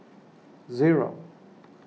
zero